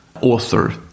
author